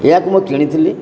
ଏହାକୁ ମୁଁ କିଣିଥିଲି